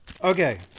okay